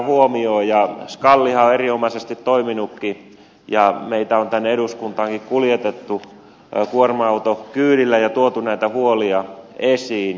skalhan on erinomaisesti toiminutkin ja meitä on tänne eduskuntaankin kuljetettu kuorma autokyydillä ja tuotu näitä huolia esiin